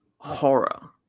Horror